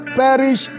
perish